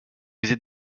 visit